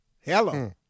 Hello